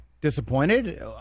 disappointed